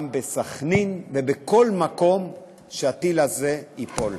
גם בסח'נין ובכל מקום שהטיל הזה ייפול.